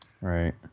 Right